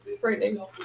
frightening